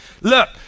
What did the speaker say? Look